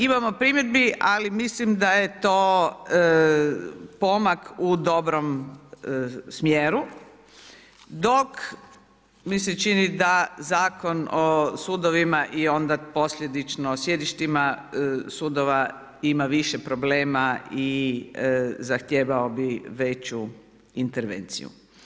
Imamo primjedbi, ali mislim da je to pomak u dobrom smjeru, dok mi se čini da Zakon o sudovima i onda posljedično o sjedištima sudova ima više problema i zahtijevao bi veću intervenciju.